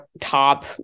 top